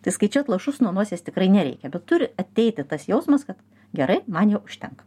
tai skaičiuot lašus nuo nosies tikrai nereikia bet turi ateiti tas jausmas kad gerai man jau užtenka